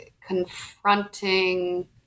confronting